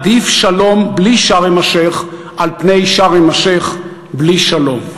עדיף שלום בלי שארם-א-שיח' על פני שארם-א-שיח' בלי שלום.